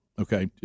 okay